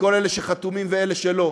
מכל אלה שחתומים ומאלה שלא: